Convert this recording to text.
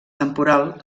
temporal